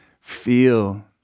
feel